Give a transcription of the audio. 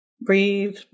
breathe